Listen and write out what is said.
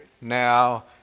now